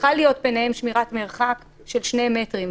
צריכה להיות ביניהם שמירת מרחק של 2 מטרים.